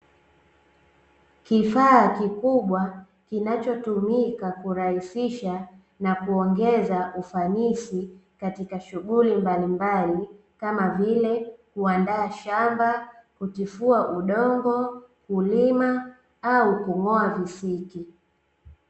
Kifaa kikubwa kinachotumika kurahisisha na kuongeza ufanisi katika shughuli mbalimbali kama vile: kuandaa shamba, kutifua udongo, kulima au kung'oa visiki.